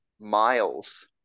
miles